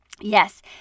Yes